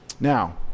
Now